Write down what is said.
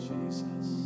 Jesus